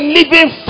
living